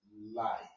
life